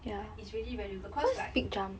it's really very difficult because like